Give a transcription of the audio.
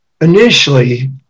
initially